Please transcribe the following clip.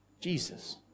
Jesus